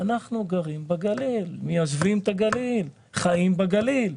אנחנו גרים בגליל, מיישבים את הגליל, חיים בגליל.